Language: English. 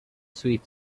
sweet